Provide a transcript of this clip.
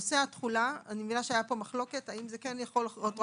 בנושא התחולה הייתה פה מחלוקת האם זה כן או לא יכול לחול רטרואקטיבית.